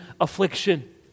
affliction